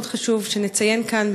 מאוד חשוב שנציין כאן,